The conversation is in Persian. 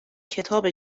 کتاب